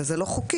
וזה לא חוקי.